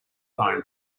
phone